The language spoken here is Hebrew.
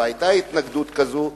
והיתה התנגדות כזאת.